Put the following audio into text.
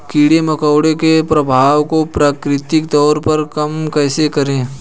कीड़े मकोड़ों के प्रभाव को प्राकृतिक तौर पर कम कैसे करें?